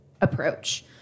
approach